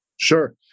Sure